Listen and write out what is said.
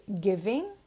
giving